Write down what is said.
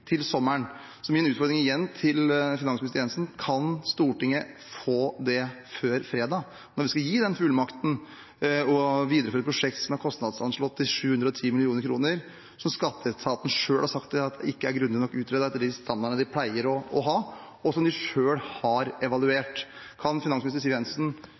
til sommeren. Min utfordring igjen til finansminister Jensen er: Kan Stortinget få det før fredag, når vi skal gi den fullmakten og videreføre et prosjekt som er kostnadsanslått til 710 mill. kr, som skatteetaten selv har sagt ikke er grundig nok utredet ifølge de standarder de pleier å ha, og som de selv har evaluert? Kan finansminister Siv Jensen